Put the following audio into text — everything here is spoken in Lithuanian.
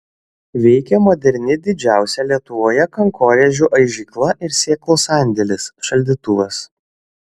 veikia moderni didžiausia lietuvoje kankorėžių aižykla ir sėklų sandėlis šaldytuvas